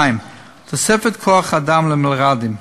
2. תוספת כוח-אדם למלר"דים: